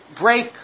break